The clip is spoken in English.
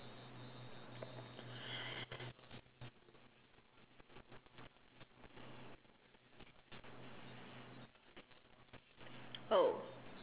oh